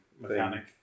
mechanic